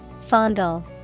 Fondle